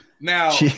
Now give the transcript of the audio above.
Now –